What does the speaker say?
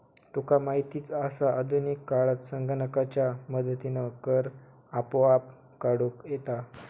तुका माहीतच आसा, आधुनिक काळात संगणकाच्या मदतीनं कर आपोआप काढूक येता